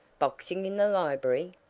boxing in the library!